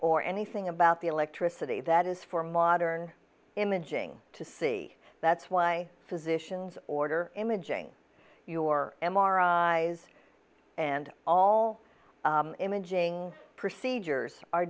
or anything about the electricity that is for modern imaging to see that's why physicians order imaging your m r i and all imaging procedures are